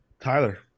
Tyler